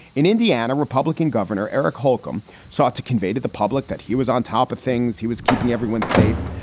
in indiana, republican governor eric holcomb sought to convey to the public that he was on top of things. he was keeping everyone safe.